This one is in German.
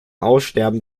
aussterben